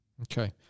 Okay